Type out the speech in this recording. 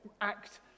act